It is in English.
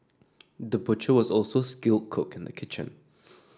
the butcher was also skilled cook in the kitchen